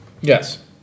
Yes